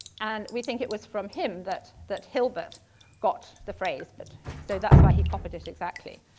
and we think it was from him that that hilbert got the phrase. but so that's why he copied it exactly.